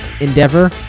endeavor